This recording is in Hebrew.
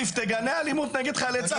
כסיף, תגנה אלימות נגד חיילי צה"ל.